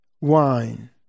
wine